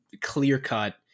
clear-cut